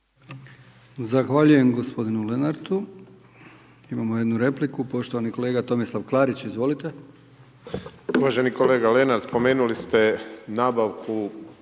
Zahvaljujem gospodinu Lenartu. Imamo jednu repliku. Poštovani kolega Tomislav Klarić. Izvolite. **Klarić, Tomislav (HDZ)** Uvaženi kolega Lenart, spomenuli ste nabavku